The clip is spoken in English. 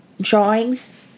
drawings